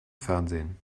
fernsehen